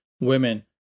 women